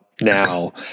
now